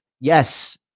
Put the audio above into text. yes